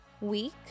week